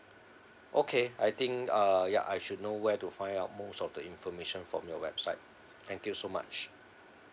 okay I think uh ya I should know where to find out most of the information from your website thank you so much